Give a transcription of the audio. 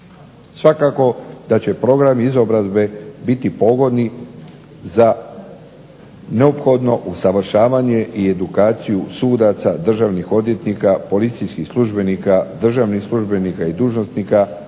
Svakako da će programi izobrazbe biti povoljni za neophodno usavršavanje i edukaciju sudaca, državnih odvjetnika, policijskih službenika, državnih službenika i dužnosnika,